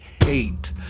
Hate